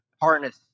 harness